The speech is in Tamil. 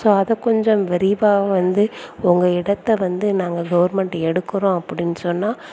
ஸோ அதை கொஞ்சம் விரிவாக வந்து உங்கள் இடத்தை வந்து நாங்கள் கவர்மெண்ட் எடுக்கிறோம் அப்படின்னு சொன்னால்